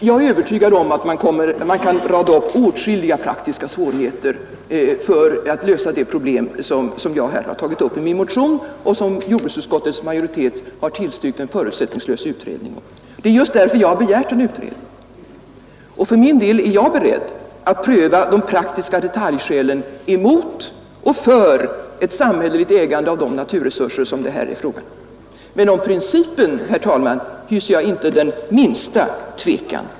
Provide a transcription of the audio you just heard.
Jag är övertygad om att man kan rada upp åtskilliga praktiska svårigheter för att lösa de problem som jag här har tagit upp i min motion och som jordbruksutskottets majoritet har tillstyrkt en förutsättningslös utredning om. Det är just därför jag har begärt en utredning. För min del är jag beredd att pröva de praktiska detaljskälen mot och för ett samhälleligt ägande av de naturresurser som det här är fråga om. Men om principen, herr talman, hyser jag inte den minsta tvekan.